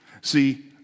See